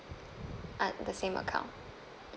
uh the same account